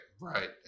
Right